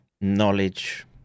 knowledge